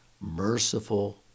merciful